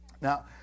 now